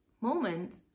moment